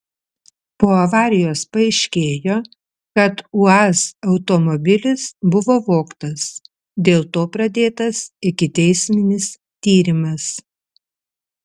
po avarijos paaiškėjo kad uaz automobilis buvo vogtas dėl to pradėtas ikiteisminis tyrimas